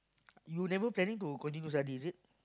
you never planning to continue study is it